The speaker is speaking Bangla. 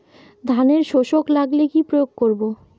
ধানের শোষক লাগলে কি প্রয়োগ করব?